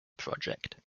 project